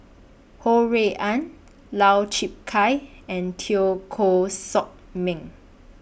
Ho Rui An Lau Chiap Khai and Teo Koh Sock Miang